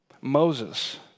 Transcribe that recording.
Moses